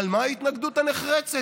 על מה ההתנגדות הנחרצת?